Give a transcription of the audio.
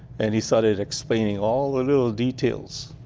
and he started explaining all the little details.